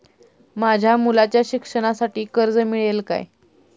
माझ्या मुलाच्या शिक्षणासाठी कर्ज मिळेल काय?